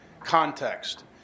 context